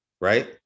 right